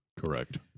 Correct